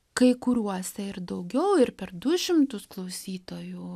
kai kuriuose ir daugiau ir per du šimtus klausytojų